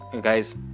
guys